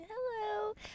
Hello